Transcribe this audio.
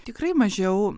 tikrai mažiau